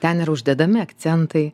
ten yra uždedami akcentai